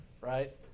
right